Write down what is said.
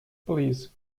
please